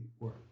work